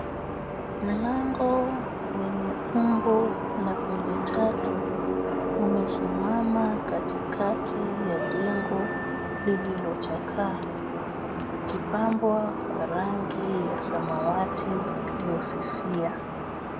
Mlango wenye umbo la pembe tatu umesimama katikati ya jengo lililochakaa ukipambwa kwa rangi ya samawati iliyo fifia.